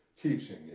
teaching